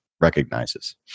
recognizes